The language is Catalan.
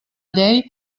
llei